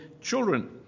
children